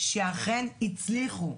שאכן הצליחו.